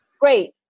great